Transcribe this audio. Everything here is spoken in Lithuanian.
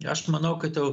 aš manau kad jau